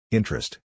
Interest